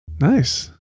nice